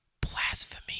blasphemy